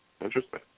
Interesting